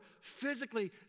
physically